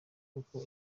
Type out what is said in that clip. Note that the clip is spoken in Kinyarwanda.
kuko